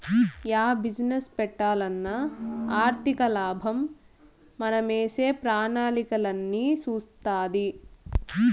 yeah business పెట్టాలన్నా ఆర్థికలాభం మనమేసే ప్రణాళికలన్నీ సూస్తాది